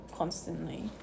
constantly